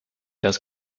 das